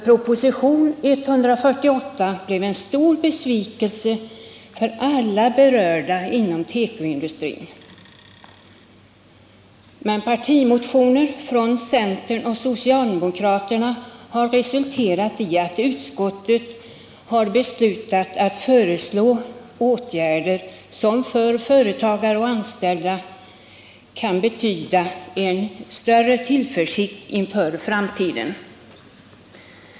Propositionen 145 blev en stor besvikelse för alla berörda parter inom tekoindustrin. Men partimotioner från centern och socialdemokraterna har resulterat i att utskottet beslutat föreslå åtgärder som för företagare och anställda kan betyda en större tillförsikt inför framtiden.